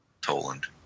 Toland